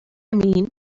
mean